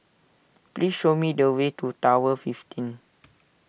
please show me the way to Tower fifteen